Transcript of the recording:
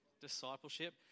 Discipleship